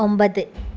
ഒമ്പത്